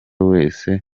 wese